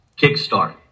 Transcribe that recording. kickstart